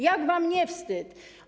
Jak wam nie wstyd?